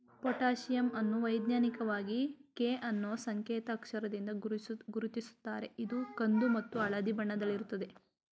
potassium ಅನ್ನು ವೈಜ್ಞಾನಿಕವಾಗಿ K ಅನ್ನೂ ಸಂಕೇತ್ ಅಕ್ಷರದಿಂದ ಗುರುತಿಸುತ್ತಾರೆ ಇದು ಕಂದು ಮತ್ತು ಹಳದಿ ಬಣ್ಣದಲ್ಲಿರುತ್ತದೆ